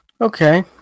Okay